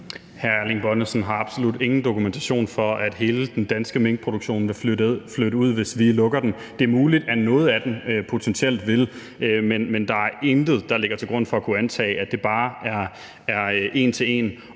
Erling Bonnesen har absolut ingen dokumentation for, at hele den danske minkproduktion vil flytte ud, hvis vi lukker den. Det er muligt, at noget af den potentielt vil, men der er intet, der ligger til grund for at kunne antage, at det bare er en til en.